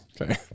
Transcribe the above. Okay